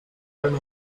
allem